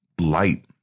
light